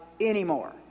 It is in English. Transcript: anymore